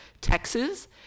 Texas